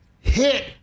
hit